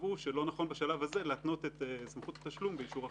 שקבעו שלא נכון בשלב הזה להתנות את סמכות התשלום באישור החשב.